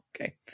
Okay